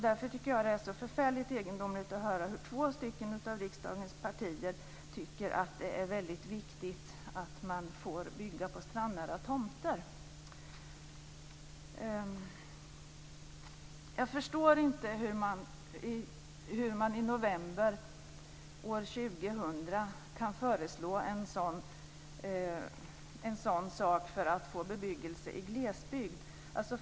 Därför tycker jag att det är så förfärligt egendomligt att höra hur två stycken av riksdagens partier tycker att det är viktigt att man får bygga på strandnära tomter. Jag förstår inte hur man i november år 2000 kan föreslå en sådan sak för att få bebyggelse i glesbygd.